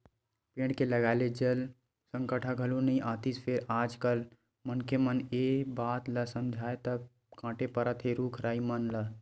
पेड़ के लगाए ले जल संकट ह घलो नइ आतिस फेर आज कल मनखे मन ह ए बात ल समझय त सब कांटे परत हे रुख राई मन ल